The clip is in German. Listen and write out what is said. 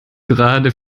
gerade